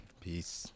peace